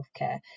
healthcare